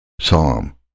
Psalm